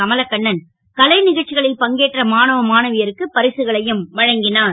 கமலக்கண்ணன் கலை க ச்சிகளில் பங்கேற்ற மாணவ மாணவியருக்கு பரிசுகளையும் வழங்கினார்